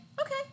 Okay